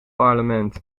parlement